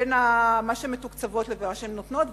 בין מה שהן מתוקצבות לבין מה שהן נותנות.